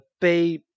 pay